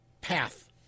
path